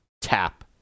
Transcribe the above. tap